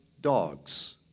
dogs